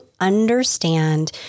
understand